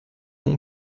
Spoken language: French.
font